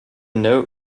note